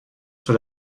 sur